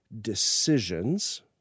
decisions